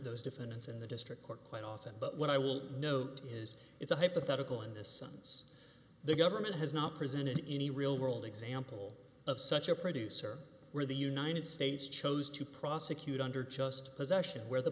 those defendants in the district court quite often but when i will note is it's a hypothetical in this sense the government has not presented any real world example of such a producer where the united states chose to prosecute under just possession where the